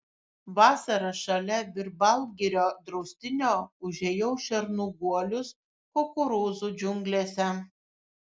vasarą šalia virbalgirio draustinio užėjau šernų guolius kukurūzų džiunglėse